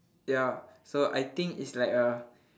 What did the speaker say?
ya so I think it's like a